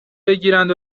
بگیرند